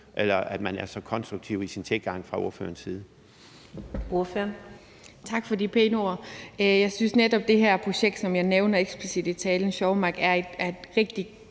over, at man er så konstruktiv i sin tilgang fra ordførerens side.